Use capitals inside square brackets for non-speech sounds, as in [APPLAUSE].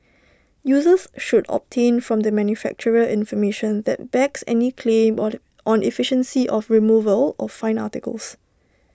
users should obtain from the manufacturer information that backs any claim [UNINTELLIGIBLE] on efficiency of removal of fine articles